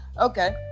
okay